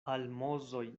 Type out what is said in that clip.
almozoj